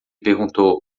perguntou